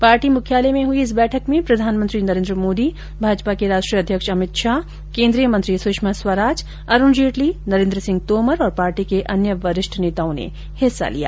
party मुख्यालय में हुई इस बैठक में प्रधानमंत्री नरेन्द्र मोदी भाजपा के राष्ट्रीय अध्यक्ष अमित शाह केन्द्रीय मंत्री सुषमा स्वराज अरूण जेटली नरेन्द्र सिंह तोमर और पार्टी के अन्य वरिष्ठ नेताओं ने हिस्सा लिया